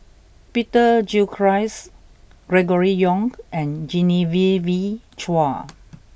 Peter Gilchrist Gregory Yong and Genevieve Chua